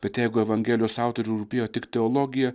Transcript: bet jeigu evangelijos autoriui rūpėjo tik teologija